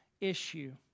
issue